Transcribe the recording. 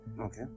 Okay